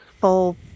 full